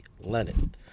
Lennon